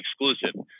exclusive